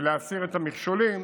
ולהסיר את המכשולים